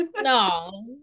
No